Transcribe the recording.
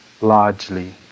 largely